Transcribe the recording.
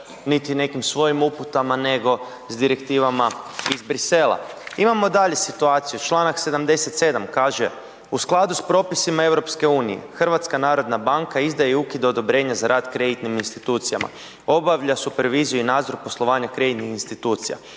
niti nekim svojim uputama nego s direktivama iz Bruxellesa. Imamo dalje situaciju, čl. 77. kaže u skladu sa propisima EU-a, HNB izdaje i ukida odobrenje za rad kreditnim institucijama, obavlja superviziju i nadzor poslovanja kreditnih institucija,